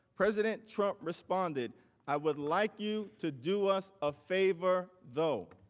president trump responded i would like you to do us a favor though.